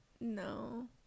no